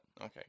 Okay